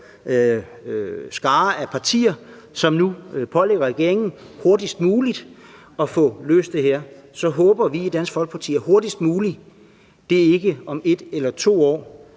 skare af partier, som nu pålægger regeringen hurtigst muligt at få løst det her, at hurtigst muligt ikke er om 1 eller 2 år,